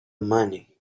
money